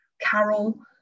Carol